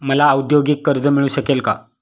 मला औद्योगिक कर्ज मिळू शकेल का?